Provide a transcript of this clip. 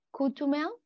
Kutumel